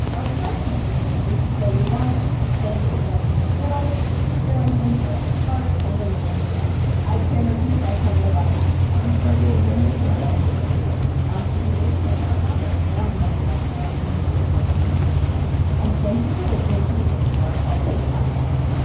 our production assistant is chloe weiner. thanks to lexie schapitl, dana farrington, brandon carter and elena burnett i'm tamara keith. i cover the white house i'm frank ordonez. and i also cover the white house i'm susan davis. i cover congress and i'm domenico montanaro, senior political editor and correspondent and thank you for listening to the npr politics podcast